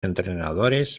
entrenadores